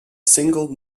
single